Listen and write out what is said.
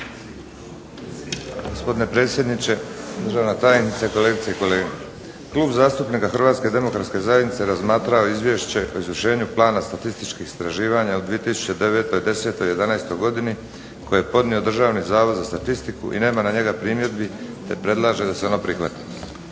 Hrvatske demokratske zajednice razmatrao je Izvješće o izvršenju plana statističkih istraživanja u 2009., 10., 11. godini koji je podnio Državni zavod za statistiku i nema na njega primjedbi i predlaže da se ona prihvati.